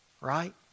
Right